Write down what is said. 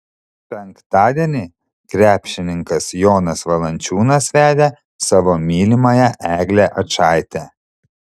penktadienį krepšininkas jonas valančiūnas vedė savo mylimąją eglę ačaitę